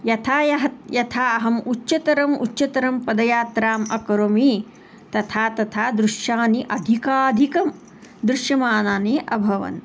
यथा यः यथा अहम् उच्चतरम् उच्चतरं पदयात्राम् अकरोमि तथा तथा दृश्यानि अधिकाधिकं दृश्यमानानि अभवन्